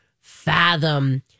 fathom